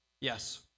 Yes